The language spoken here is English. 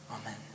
Amen